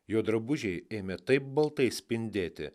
jo drabužiai ėmė taip baltai spindėti